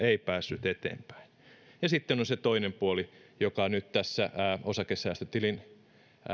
ei päässyt eteenpäin ja sitten on se toinen puoli joka nyt tässä osakesäästötilin